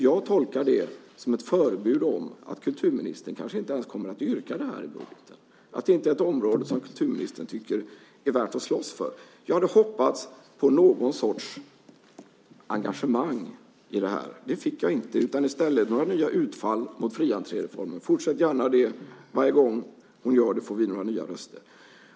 Jag tolkar det som ett förebud om att kulturministern kanske inte ens kommer yrka det här i budgeten, att det är ett område som kulturministern inte tycker att det är värt att slåss för. Jag hade hoppats på någon sorts engagemang i det här. Det fick jag inte, utan i stället var det nya utfall mot fri-entré-reformen. Fortsätt gärna med det! Varje gång hon gör det får vi några nya röster.